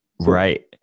Right